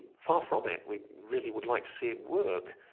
far from it, we really would like to see it work.